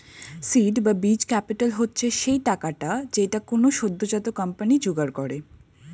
seed বা বীজ capital হচ্ছে সেই টাকাটা যেইটা কোনো সদ্যোজাত কোম্পানি জোগাড় করে